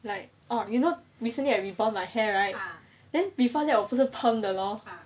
like oh you not recently I rebond my hair right then before that 我不是 perm the lor